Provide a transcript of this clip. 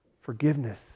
Forgiveness